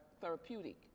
therapeutic